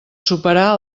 superar